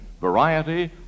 variety